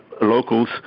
locals